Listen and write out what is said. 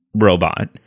robot